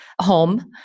home